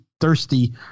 thirsty